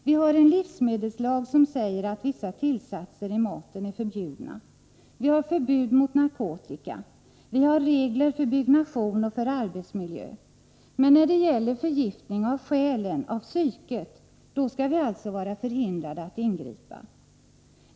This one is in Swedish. Vi har en livsmedelslag, som säger att vissa tillsatser i maten är förbjudna. Vi har förbud mot narkotika. Vi har regler för byggnation och för arbetsmiljö. Men när det gäller förgiftning av själen, av psyket, då skall vi alltså vara förhindrade att ingripa.